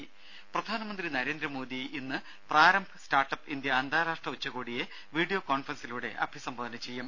രംഭ പ്രധാനമന്ത്രി നരേന്ദ്രമോദി ഇന്ന് Prarambh startup India അന്താരാഷ്ട്ര ഉച്ചകോടിയെ വീഡിയോ കോൺഫറൻസിലൂടെ അഭിസംബോധന ചെയ്യും